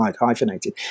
hyphenated